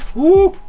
woo,